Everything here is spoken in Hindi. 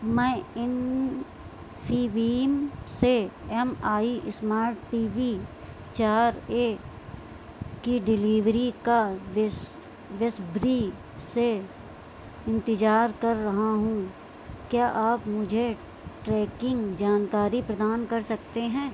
मैं इन्फीबीम से M I smart T V चार ए की डिलिवरी का बेसब्री से इंतिजार कर रहा हूँ क्या आप मुझे ट्रैकिंग जानकारी प्रदान कर सकते हैं